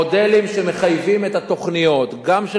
מודלים שמחייבים את התוכניות גם של